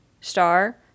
star